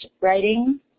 writing